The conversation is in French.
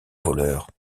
voleur